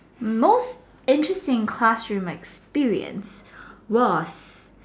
most interesting classroom experience was